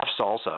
salsa